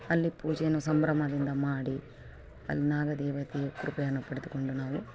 ಅಲ್ಲಿ ಪೂಜೆಯನ್ನು ಸಂಭ್ರಮದಿಂದ ಮಾಡಿ ಅಲ್ಲಿ ನಾಗದೇವತೆಯ ಕೃಪೆಯನ್ನು ಪಡೆದುಕೊಂಡು ನಾವು